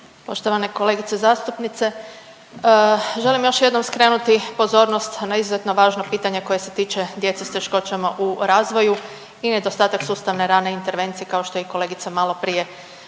Poštovana kolegice zastupnice, želim još jednom skrenuti pozornost na izuzetno važno pitanje koje se tiče djece s teškoćama u razvoju i nedostatak sustavne rane intervencije, kao što je i kolegica maloprije